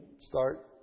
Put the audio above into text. start